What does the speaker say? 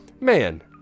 man